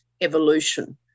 evolution